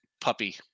puppy